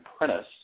apprentice